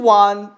one